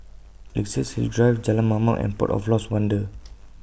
Luxus Hill Drive Jalan Mamam and Port of Lost Wonder